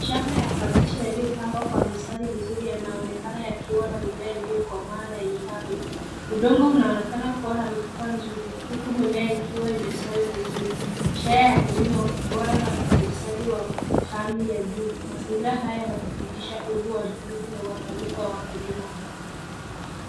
Shamba ya kabichi yaliyopangwa kwa mstari vizuri yanaonekana yakiwa na mimea iliyokomaa na yenye afya. Udongo unaonekana kuwa na rotuba nzuri huku mimea ikiwa imestawi vizuri ishara ya kilimo bora na utunzaji wa hali ya juu. Mazingira haya yanadhibitisha uwepo wa juhudi na uangalifu wa wakulima.